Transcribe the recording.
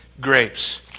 grapes